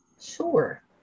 Sure